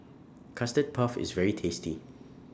Custard Puff IS very tasty